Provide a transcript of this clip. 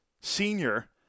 Senior